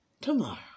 tomorrow